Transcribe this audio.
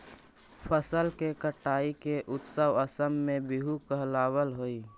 फसल के कटाई के उत्सव असम में बीहू कहलावऽ हइ